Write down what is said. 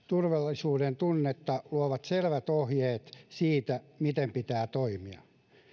turvallisuudentunnetta luovat selvät ohjeet siitä miten pitää toimia